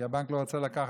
כי הבנק לא רצה לקחת